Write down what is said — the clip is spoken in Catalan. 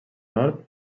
nord